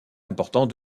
important